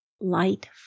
light